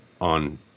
on